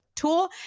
Tool